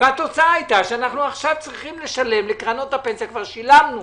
התוצאה היתה שאנחנו צריכים לשלם לקרנות הפנסיה כבר שילמנו